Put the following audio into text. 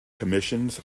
commissions